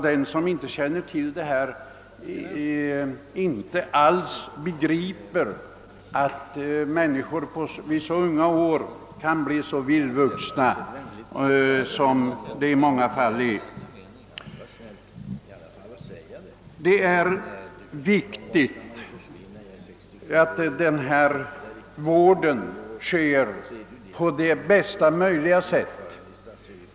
Den som inte känner till förhållandena begriper inte hur människor i så unga år kan vara så vildvuxna som de ofta är. Det är viktigt att vården sker på bästa möjliga sätt.